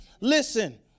listen